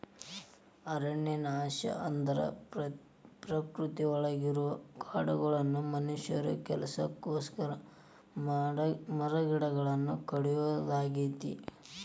ಅರಣ್ಯನಾಶ ಅಂದ್ರ ಪ್ರಕೃತಿಯೊಳಗಿರೋ ಕಾಡುಗಳನ್ನ ಮನುಷ್ಯನ ಕೆಲಸಕ್ಕೋಸ್ಕರ ಮರಗಿಡಗಳನ್ನ ಕಡಿಯೋದಾಗೇತಿ